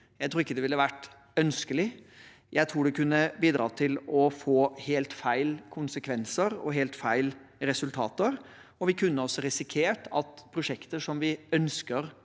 Jeg tror ikke det ville vært ønskelig. Jeg tror det kunne bidratt til helt feil konsekvenser og helt feil resultater, og vi kunne også risikert at prosjekter som vi ønsker